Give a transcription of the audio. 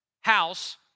house